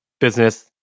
business